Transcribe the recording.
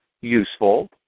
useful